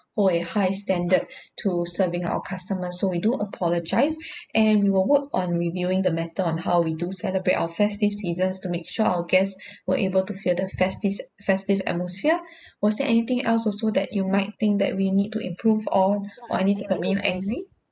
hold a high standard to serving our customers so we do apologize and we will work on reviewing the matter on how we do celebrate our festive seasons to make sure our guests were able to feel the festive festive atmosphere was there anything else also that you might think that we need to improve on or anything that made you angry